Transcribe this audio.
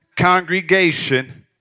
congregation